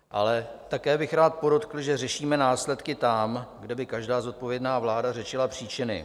Ale také bych rád podotkl, že řešíme následky tam, kde by každá zodpovědná vláda řešila příčiny.